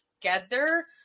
together